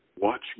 watch